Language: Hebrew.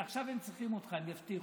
עכשיו הם צריכים אותך, הם יבטיחו,